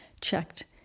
checked